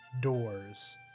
doors